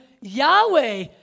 Yahweh